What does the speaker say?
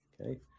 Okay